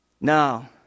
Now